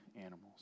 animals